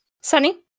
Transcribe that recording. Sunny